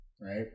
Right